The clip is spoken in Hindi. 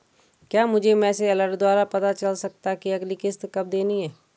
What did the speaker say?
क्या मुझे मैसेज अलर्ट द्वारा पता चल सकता कि अगली किश्त कब देनी है?